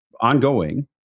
ongoing